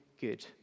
good